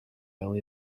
fel